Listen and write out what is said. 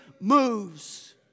moves